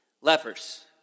Lepers